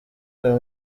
uyu